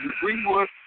Greenwood